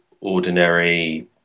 ordinary